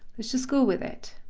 let's just go with it.